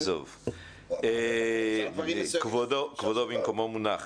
עזוב, כבודו במקומו מונח.